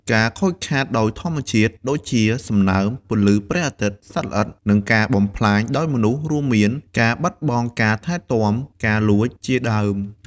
ការខូចខាតដោយធម្មជាតិ ដូចជា សំណើម ពន្លឺព្រះអាទិត្យ សត្វល្អិត និងការបំផ្លាញដោយមនុស្ស រួមមាន ការបាត់បង់ការថែទាំ ការលួច ជាដើម។